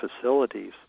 facilities